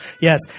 yes